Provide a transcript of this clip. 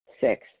Six